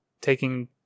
taking